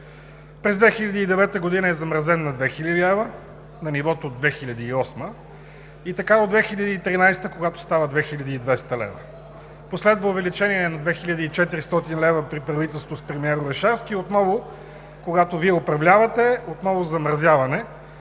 През 2009 г. е замразен на 2000 лв. – на нивото от 2008 г., и така до 2013 г., когато става 2200 лв. Последва увеличение на 2400 лв. при правителството с премиер Орешарски и отново, когато Вие управлявате, замразяване